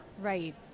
Right